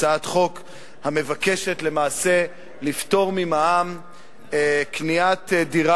הצעת חוק המבקשת למעשה לפטור ממע"מ קניית דירה